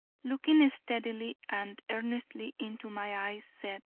looking steadily and earnestly into my eyes, said